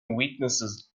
weaknesses